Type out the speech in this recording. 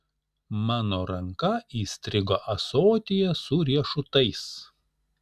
mano ranka įstrigo ąsotyje su riešutais